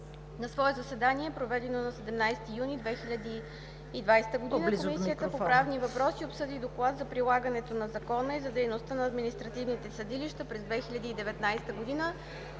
На свое заседание, проведено на 17 юни 2020 г., Комисията по правни въпроси обсъди Доклад за прилагането на закона и за дейността на административните съдилища през 2019 г.,